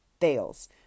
fails